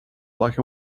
black